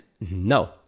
No